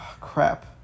crap